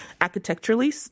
architecturally